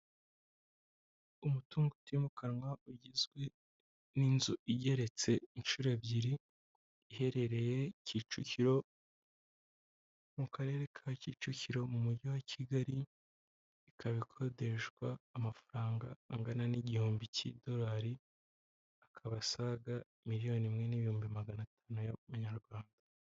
Umutungo utimukanwa ugizwe n'inzu igeretse inshuro ebyiri, iherereye Kicukiro mu karere ka Kicukiro mu mujyi wa Kigali, ikaba ikodeshwa amafaranga angana n'igihumbi cy'idolari, akaba asaga miliyoni imwe n'ibihumbi magana atanu y'amanyarwanda.